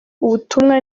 ubutumwa